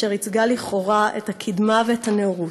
אשר ייצגה לכאורה את הקדמה ואת הנאורות,